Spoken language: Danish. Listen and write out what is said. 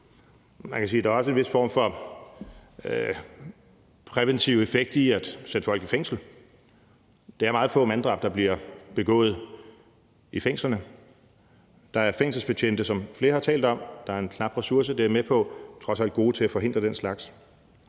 Man kan sige, at der også er en vis form for præventiv effekt i at sætte folk i fængsel. Det er meget få manddrab, der bliver begået i fængslerne. Der er fængselsbetjente, som flere har talt om, som er en knap ressource – det er jeg med på – trods alt gode til at forhindre den slags.